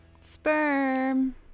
Sperm